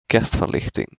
kerstverlichting